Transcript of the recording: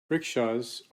rickshaws